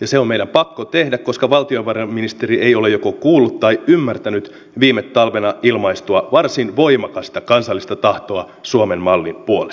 ja se on meidän pakko tehdä koska valtiovarainministeri ei ole joko kuullut tai ymmärtänyt viime talvena ilmaistua varsin voimakasta kansallista tahtoa suomen mallin puolesta